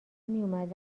میومد